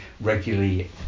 regularly